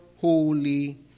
holy